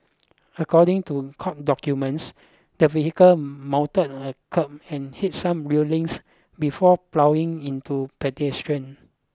according to court documents the vehicle mounted a kerb and hit some railings before ploughing into pedestrian